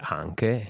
anche